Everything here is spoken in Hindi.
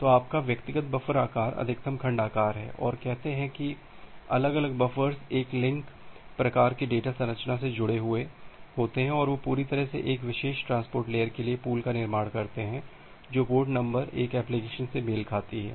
तो आपका व्यक्तिगत बफर आकार अधिकतम खंड आकार है और कहते हैं कि अलग अलग बफ़र्स एक लिंक प्रकार की डेटा संरचना से जुड़े हुए हैं और वे पूरी तरह से एक विशेष ट्रांसपोर्ट लेयर के लिए पूल का निर्माण करते हैं जो पोर्ट नंबर एक एप्लिकेशन से मेल खाती है